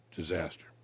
disaster